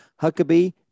Huckabee